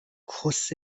کوس